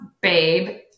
babe